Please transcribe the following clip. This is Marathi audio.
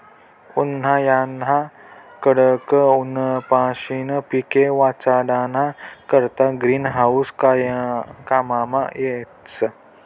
उन्हायाना कडक ऊनपाशीन पिके वाचाडाना करता ग्रीन हाऊस काममा येस